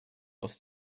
aus